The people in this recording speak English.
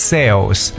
Sales